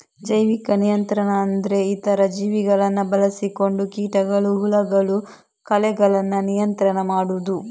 ಜೈವಿಕ ನಿಯಂತ್ರಣ ಅಂದ್ರೆ ಇತರ ಜೀವಿಗಳನ್ನ ಬಳಸಿಕೊಂಡು ಕೀಟಗಳು, ಹುಳಗಳು, ಕಳೆಗಳನ್ನ ನಿಯಂತ್ರಣ ಮಾಡುದು